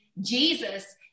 Jesus